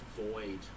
void